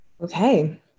Okay